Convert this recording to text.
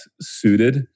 suited